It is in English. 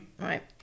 right